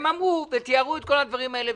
הם תיארו את כל הדברים האלה,